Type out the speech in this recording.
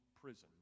prison